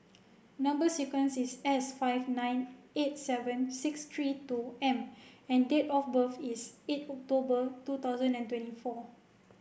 number sequence is S five nine eight seven six three two M and date of birth is eight October two thousand and twenty four